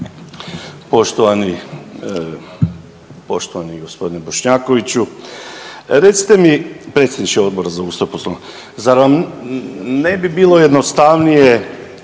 Poštovani g. Bošnjakoviću, recite mi predsjedniče Odbora za Ustav, Poslovnik zar vam ne bi bilo jednostavnije,